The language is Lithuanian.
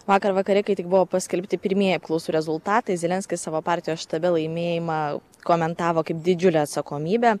vakar vakare kai tik buvo paskelbti pirmieji apklausų rezultatai zelenskis savo partijos štabe laimėjimą komentavo kaip didžiulę atsakomybę